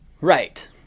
Right